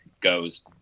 goes